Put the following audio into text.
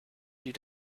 you